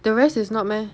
the rest is not meh